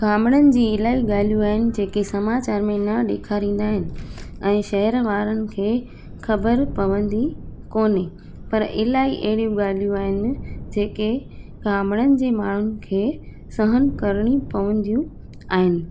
ॻामड़नि जी इलाही ॻाल्हियूं आहिनि जेके समाचार में न ॾेखारींदा आहिनि ऐं शहर वारनि खे ख़बर पवंदी कोन्हे पर इलाही अहिड़ियूं ॻाल्हियूं आहिनि जेके ॻामड़नि जे माण्हुनि खे सहनु करणी पवंदियूं आहिनि